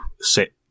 sit